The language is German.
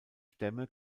stämme